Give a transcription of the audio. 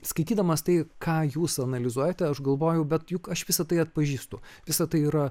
skaitydamas tai ką jūs analizuojate aš galvojau bet juk aš visa tai atpažįstu visa tai yra